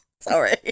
Sorry